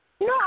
No